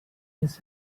his